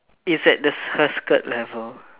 is at the her skirt level